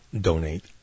Donate